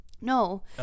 No